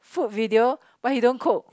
food video but he don't cook